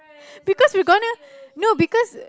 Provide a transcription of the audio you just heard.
because we gonna no because